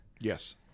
yes